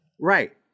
right